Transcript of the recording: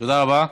תודה, תודה רבה.